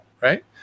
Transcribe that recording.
right